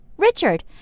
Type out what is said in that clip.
Richard